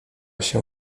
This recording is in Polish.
się